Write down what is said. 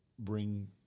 bring